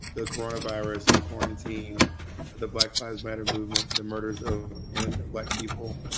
the coronavirus. quarantine the black lives matter movement, the murders of innocent black people.